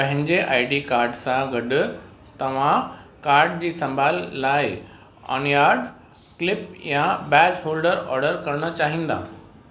पंहिंजे I D card सां गॾु तव्हां कार्ड जी संभाल लाइ अनयार्ड क्लिप या बैज होल्डर ऑडर करणु चाहींदा